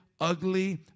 ugly